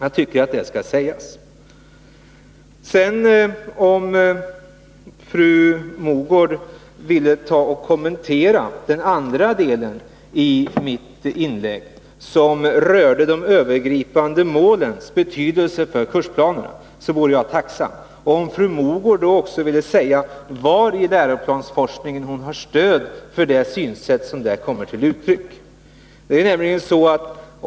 Jag tycker att detta skall sägas. Om fru Mogård ville kommentera den andra delen av mitt inlägg, det som rörde de övergripande målens betydelse för kursplanerna, vore jag tacksam. Om fru Mogård då också ville säga var i läroplansforskningen hon har stöd för det synsätt som kommer till uttryck, vore det bra.